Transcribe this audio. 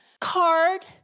card